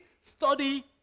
Study